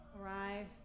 arrive